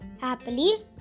happily